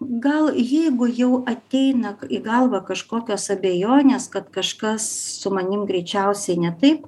gal jeigu jau ateina į galvą kažkokios abejonės kad kažkas su manim greičiausiai ne taip